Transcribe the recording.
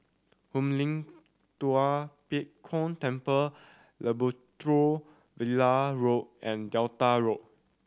Hoon Lim Tua Pek Kong Temple Labrador Villa Road and Delta Road